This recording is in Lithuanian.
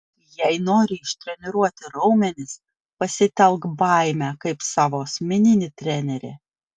jei nori ištreniruoti raumenis pasitelk baimę kaip savo asmeninį trenerį